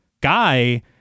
Guy